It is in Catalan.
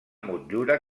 motllura